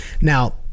Now